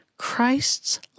Christ's